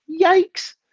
Yikes